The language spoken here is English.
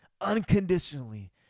unconditionally